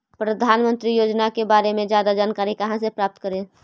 प्रधानमंत्री योजना के बारे में जादा जानकारी कहा से प्राप्त करे?